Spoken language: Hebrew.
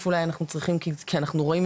הוא היה צריך לבוא אליי למשרד,